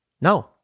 No